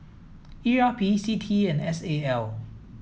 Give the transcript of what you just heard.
E R P C T E and S A L